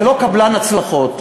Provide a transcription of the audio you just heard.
זה לא קבלן הצלחות.